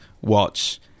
watch